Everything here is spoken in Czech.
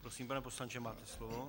Prosím, pane poslanče, máte slovo.